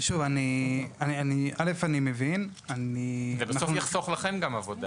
בסוף, זה יחסוך גם לכם עבודה.